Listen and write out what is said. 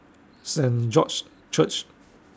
Saint George's Church